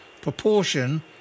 proportion